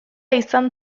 izan